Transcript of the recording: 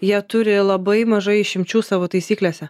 jie turi labai mažai išimčių savo taisyklėse